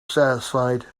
satisfied